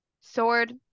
Sword